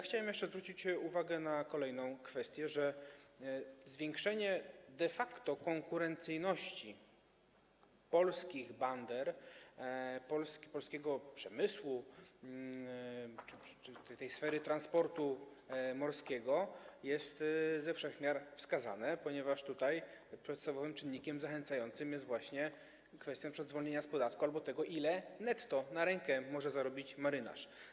Chciałem jeszcze zwrócić uwagę na kolejną kwestię: zwiększenie de facto konkurencyjności polskich bander, polskiego przemysłu czy tej sfery transportu morskiego jest ze wszech miar wskazane, ponieważ podstawowym czynnikiem zachęcającym jest właśnie kwestia zwolnienia z podatku albo tego, ile netto, na rękę, może zarobić marynarz.